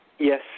Yes